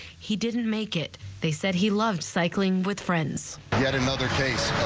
he didn't make it they said he loved cycling with friends yet another case